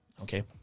okay